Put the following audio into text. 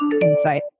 insight